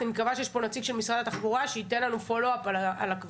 אני מקווה שיש פה נציג של משרד התחבורה שייתן לנו follow up על הכביש.